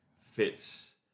fits